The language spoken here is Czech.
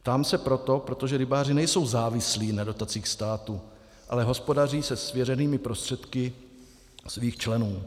Ptám se proto, protože rybáři nejsou závislí na dotacích státu, ale hospodaří se svěřenými prostředky svých členů.